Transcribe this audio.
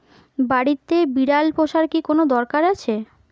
বাড়িতে বিড়াল পোষার কি কোন দরকার আছে?